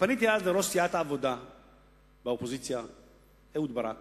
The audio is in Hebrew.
פניתי אז לראש סיעת העבודה באופוזיציה אהוד ברק